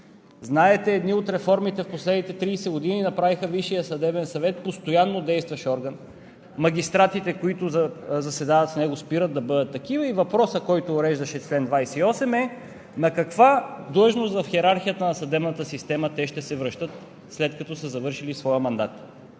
Знаете, че едни от реформите в последните 30 години направиха Висшия съдебен съвет постоянно действащ орган. Магистратите, които заседават в него, спират да бъдат такива и въпросът, който уреждаше чл. 28, е: на каква длъжност в йерархията на съдебната система те ще се връщат, след като са завършили своя мандат.